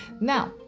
Now